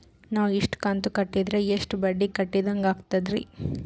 ನಾವು ಇಷ್ಟು ಕಂತು ಕಟ್ಟೀದ್ರ ಎಷ್ಟು ಬಡ್ಡೀ ಕಟ್ಟಿದಂಗಾಗ್ತದ್ರೀ?